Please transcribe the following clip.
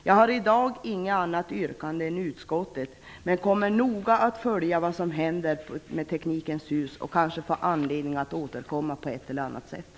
Jag har i dag inget annat yrkande än utskottet, men jag kommer noga att följa vad som händer med Teknikens hus och jag får kanske anledning att återkomma på ett eller annat sätt.